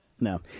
No